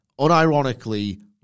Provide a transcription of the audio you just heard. unironically